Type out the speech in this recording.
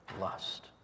lust